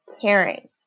caring